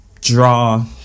draw